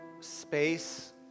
space